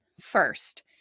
First